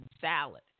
salad